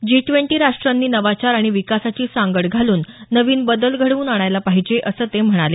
जी twenty राष्ट्रांनी नवाचार आणि विकासाची सांगड घालून नवीन बदल घडवून आणायला पाहिजे असं ते म्हणाले